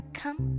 come